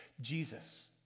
Jesus